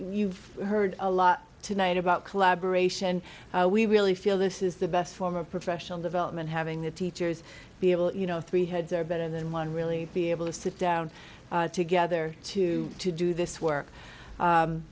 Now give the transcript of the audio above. you've heard a lot tonight about collaboration we really feel this is the best form of professional development having the teachers be able you know three heads are better than one really be able to sit down together to do this work